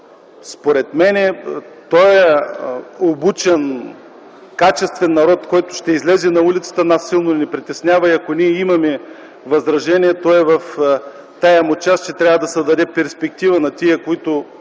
според мен този обучен, качествен народ, който ще излезе на улицата, нас силно ни притеснява. Ако ние имаме възражения, те са в тази му част, че трябва да се даде перспектива на тези, които,